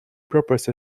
purpose